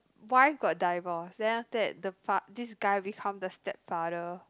wife got divorce then after that the fa~ this guy become the stepfather